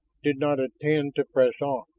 did not intend to press on.